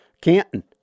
Canton